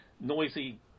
noisy